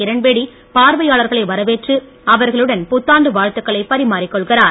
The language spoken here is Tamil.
கிரண்பேடி பார்வையாளர்களை வரவேற்று அவர்களுடன் புத்தாண்டு வாழ்த்துக்களை பரிமாறி கொள்கிறார்